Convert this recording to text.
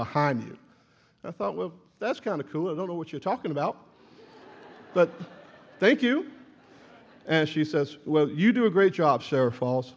behind you i thought well that's kind of cool i don't know what you're talking about but thank you and she says well you do a great job sarah falls